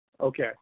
Okay